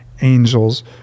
angels